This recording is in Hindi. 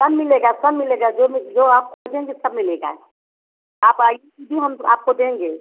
सब मिलेगा सब मिलेगा जो मी आप जो आप खोजेंगे सब मिलेगा आप आइए दीदी हम आपको देंगे